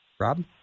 Rob